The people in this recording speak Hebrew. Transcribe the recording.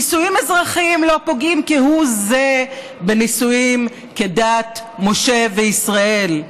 נישואים אזרחיים לא פוגעים כהוא זה בנישואים כדת משה וישראל.